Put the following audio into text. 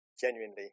genuinely